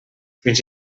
fins